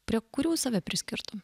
prie kurių save priskirtum